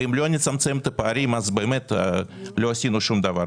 ואם לא נצמצם את הפערים לא עשינו שום דבר.